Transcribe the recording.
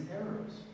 errors